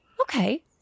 Okay